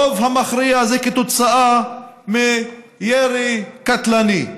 הרוב המכריע זה כתוצאה מירי קטלני.